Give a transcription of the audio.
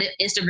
Instagram